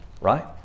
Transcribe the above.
right